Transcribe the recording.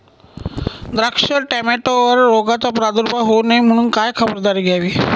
द्राक्ष, टोमॅटोवर रोगाचा प्रादुर्भाव होऊ नये म्हणून काय खबरदारी घ्यावी?